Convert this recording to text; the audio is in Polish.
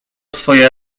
swoje